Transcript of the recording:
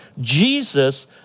Jesus